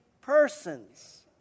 persons